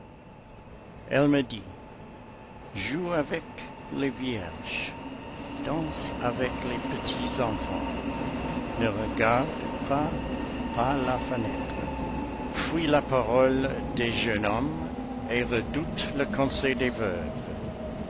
elle me dit joue avec les vierges danse avec les petits enfants ne regarde pas par la fenêtre fuis la parole des jeunes hommes et redoute le conseil des veuves